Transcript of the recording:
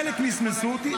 חלק מסמסו אותי,